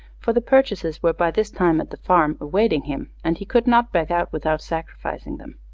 for the purchases were by this time at the farm, awaiting him, and he could not back out without sacrificing them.